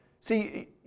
See